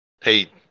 Hey